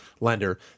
lender